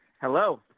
hello